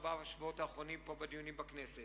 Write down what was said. ארבעת השבועות האחרונים בדיוני הכנסת.